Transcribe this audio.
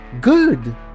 Good